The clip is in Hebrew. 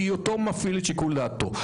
בהיותו מפעיל את שיקול דעתו.